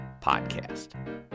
podcast